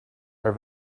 are